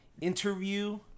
interview